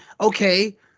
Okay